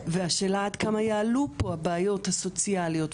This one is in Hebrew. והשאלה עד כמה יעלו פה הבעיות הסוציאליות,